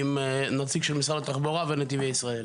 נציג משרד התחבורה ונציג של נתיבי ישראל.